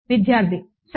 విద్యార్థి సర్